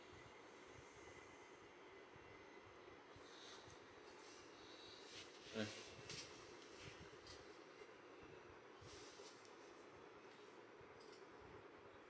mm